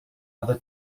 other